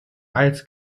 als